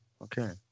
Okay